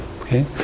okay